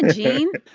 gene